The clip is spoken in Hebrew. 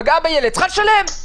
פגעה בילד צריכה לשלם,